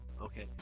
Okay